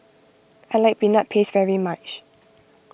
I like Peanut Paste very much